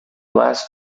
last